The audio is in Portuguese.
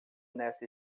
nessa